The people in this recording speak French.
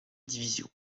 division